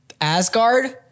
Asgard